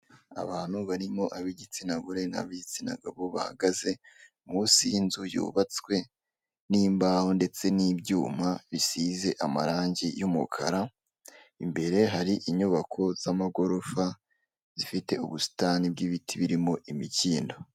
Abantu barimo ab'igitsina gore n'ab'igitsina gabo bahagaze munsi y'inzu yubatswe n'imbaho ndetse n'ibyuma bisize amarangi y'umukara, imbere hari inyubako z'amagorofa zifite ubusitani bw'ibiti birimo imikindo.